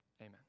Amen